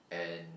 and